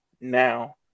now